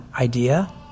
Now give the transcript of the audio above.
idea